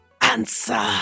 answer